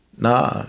Nah